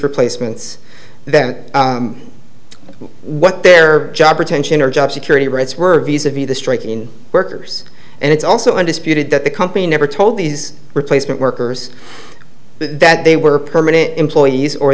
replacements that what their job or tension or job security rates were visa v the striking workers and it's also undisputed that the company never told these replacement workers that they were permanent employees or